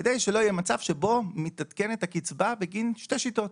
כדי שלא יהיה מצב שבו מתעדכנת הקצבה בגין שתי שיטות: